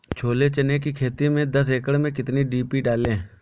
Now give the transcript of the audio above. छोले चने की खेती में दस एकड़ में कितनी डी.पी डालें?